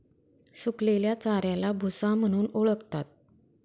सुकलेल्या चाऱ्याला भुसा म्हणून ओळखतात